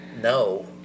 No